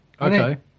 Okay